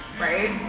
right